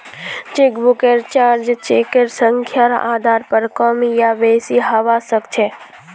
चेकबुकेर चार्ज चेकेर संख्यार आधार पर कम या बेसि हवा सक्छे